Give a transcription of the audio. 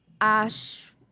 Ash